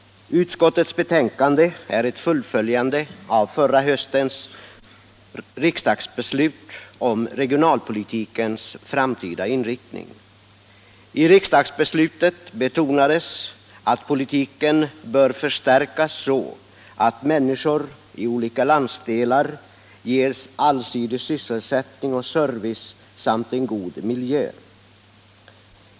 Utskottets betänkande är ett fullföljande av förra höstens riksdagsbeslut om regionalpolitikens framtida inriktning. I riksdagsbeslutet betonades att politiken bör förstärkas så att människor i olika landsdelar ges allsidig sysselsättning och service samt en god miljö.